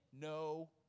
No